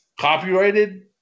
copyrighted